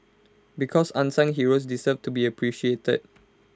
because unsung heroes deserve to be appreciated